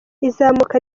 izamuka